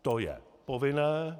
To je povinné.